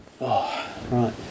right